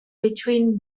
between